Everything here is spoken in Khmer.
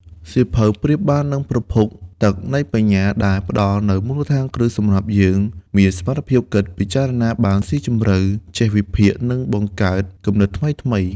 សៀវភៅប្រៀបបាននឹងប្រភពទឹកនៃបញ្ញា ដែលផ្ដល់នូវមូលដ្ឋានគ្រឹះសម្រាប់យើង មានសមត្ថភាពគិត ពិចារណាបានស៊ីជម្រៅ ចេះវិភាគ និងបង្កើតគំនិតថ្មីៗ។